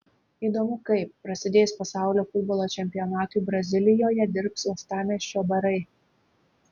įdomu kaip prasidėjus pasaulio futbolo čempionatui brazilijoje dirbs uostamiesčio barai